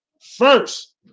First